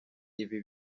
ibi